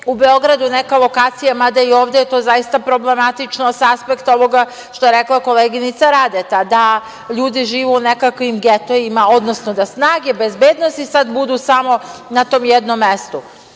u Beogradu neka lokacija, mada i ovde je to zaista problematično sa aspekta ovoga što je rekla koleginica Radeta, da ljudi žive u nekakvim getoima, odnosno da snage bezbednosti sada budu samo na tom jednom mestu. Kada